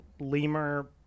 lemur